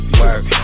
work